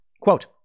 Quote